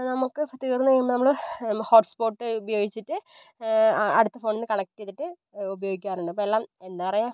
നമുക്ക് തീർന്നു കഴിഞ്ഞാല് നമ്മള് ഹോട്ട്സ്പോട്ട് ഉപയോഗിച്ചിട്ട് അടുത്ത ഫോണിൽ നിന്ന് കണക്ട് ചെയ്തിട്ട് ഉപയോഗിക്കാറുണ്ട് അപ്പോൾ എല്ലാം എന്താ പറയുക